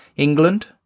England